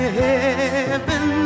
heaven